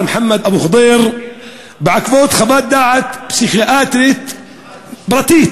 מוחמד אבו ח'דיר בעקבות חוות דעת פסיכיאטרית פרטית,